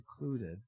included